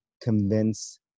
convince